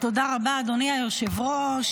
תודה רבה, אדוני היושב-ראש.